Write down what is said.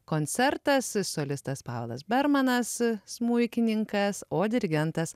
koncertas solistas pavelas bermanas smuikininkas o dirigentas